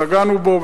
שנגענו בו,